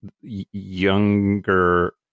younger